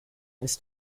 ist